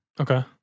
Okay